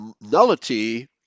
nullity